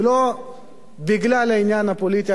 ולא בגלל העניין הפוליטי,